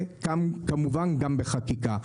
כמובן, גם בחקיקה.